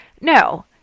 No